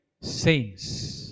Saints